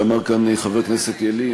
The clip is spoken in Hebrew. שאמר כאן חבר הכנסת ילין,